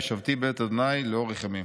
ושבתי בבית ה' לארך ימים".